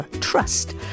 Trust